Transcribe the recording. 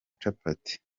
capati